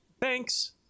Thanks